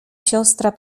siostra